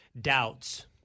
doubts